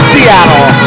Seattle